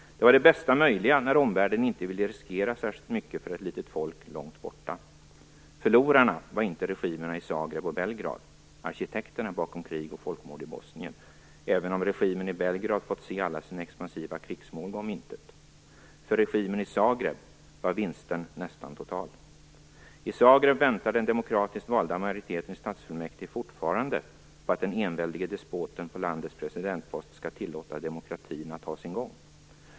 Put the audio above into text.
Det var det bästa möjliga när omvärlden inte ville riskera särskilt mycket för ett litet folk långt borta. Förlorarna var inte regimerna i Zagreb och Belgrad, arkitekterna bakom kriget och folkmorden i Bosnien, även om regimen i Belgrad fått se alla sina expansiva krigsmål gå om intet. För regimen i Zagreb var vinsten nästan total. I Zagreb väntar den demokratiskt valda majoriteten i stadsfullmäktige fortfarande på att den enväldige despoten på landets presidentpost skall tillåta demokratin att ha sin gång.